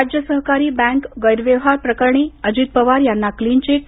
राज्य सहकारी बँक गैरव्यवहार प्रकरणी अजित पवार यांना क्लीन चिट